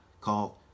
called